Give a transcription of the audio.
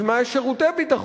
בשביל מה יש שירותי ביטחון?